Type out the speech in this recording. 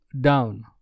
down